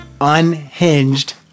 Unhinged